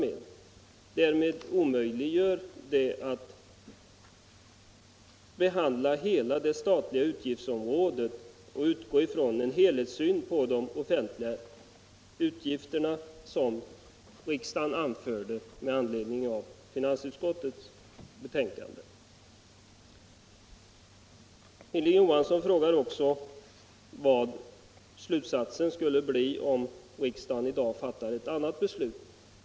Detta gör det omöjligt för utredningen att behandla hela det statliga utgiftsområdet och utgå från en helhetssyn på de offentliga utgifterna, såsom riksdagen angav med anledning av finansutskottets betänkande. Hilding Johansson i Trollhättan frågar också vad slutsatsen skulle bli om riksdagen i dag fattade ett annat beslut.